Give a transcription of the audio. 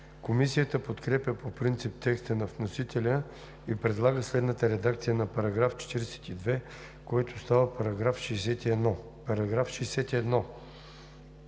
Комисията подкрепя по принцип текста на вносителя и предлага следната редакция на § 59, който става § 64: „§ 64.